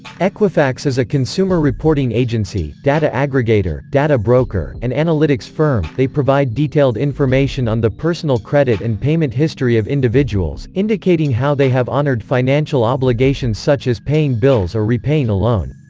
equifax is a consumer reporting agency, data aggregator, data broker, and analytics firm. they provide detailed information on the personal credit and payment history of individuals, indicating how they have honored financial obligations such as paying bills or repaying a loan.